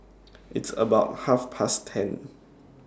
its about Half Past ten